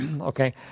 Okay